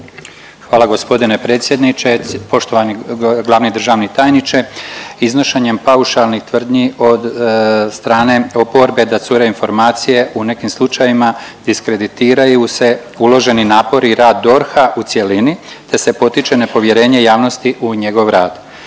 Hvala g. predsjedniče. Poštovani glavni državni tajniče, iznošenjem paušalnih tvrdnji od strane oporbe da cure informacije u nekim slučajevima diskreditiraju se uloženi napori i rad DORH-a u cjelini, te se potiče nepovjerenje javnosti u njegov rad.